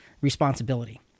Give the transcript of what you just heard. responsibility